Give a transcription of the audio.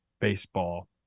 baseball